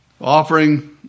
Offering